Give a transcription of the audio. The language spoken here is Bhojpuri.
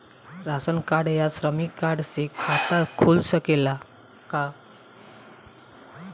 राशन कार्ड या श्रमिक कार्ड से खाता खुल सकेला का?